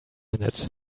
minute